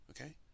Okay